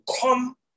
come